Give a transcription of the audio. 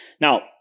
Now